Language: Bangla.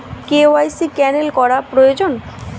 কে.ওয়াই.সি ক্যানেল করা প্রয়োজন?